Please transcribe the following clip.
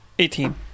Eighteen